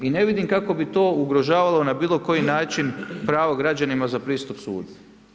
I ne vidim kako bi to ugrožavalo na bilo koji način pravo građanima za pristup sudu.